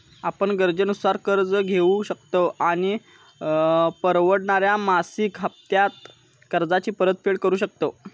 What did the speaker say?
आपण गरजेनुसार कर्ज घेउ शकतव आणि परवडणाऱ्या मासिक हप्त्त्यांत कर्जाची परतफेड करु शकतव